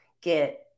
get